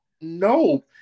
No